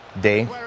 day